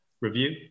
Review